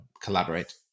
collaborate